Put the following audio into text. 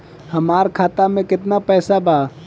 हमार खाता मे केतना पैसा बा?